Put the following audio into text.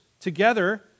together